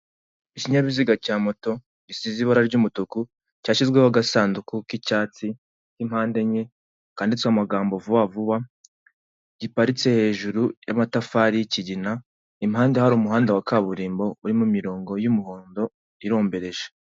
Ikinyabiziga cya moto gisize ibara ry'umutuku cyashyizweho agasanduku k'icyats, k'impande enye kanditseho amagambo vuba vuba, giparitse hejuru y'amatafari y'ikigina impande hari umuhanda wa kaburimbo uri mu mirongo y'umuhondo irombereje.